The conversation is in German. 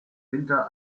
winter